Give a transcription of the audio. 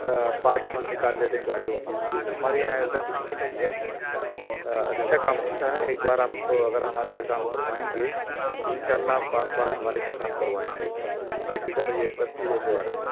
parts واٹس نکال لیتے ہیں گاڑیوں کی تو ہمارے یہاں ایسا کچھ بھی نہیں ہے اچھا کام ہوتا ایک بار آپ اگر ہمارے یہاں کام کروائیں گے تو ان شاء اللہ آپ بار بار ہمارے یہاں کام کروائیں گے بے فکر رہیے سب چیزوں کے بارے میں